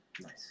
Nice